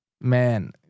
man